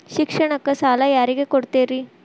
ಶಿಕ್ಷಣಕ್ಕ ಸಾಲ ಯಾರಿಗೆ ಕೊಡ್ತೇರಿ?